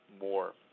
more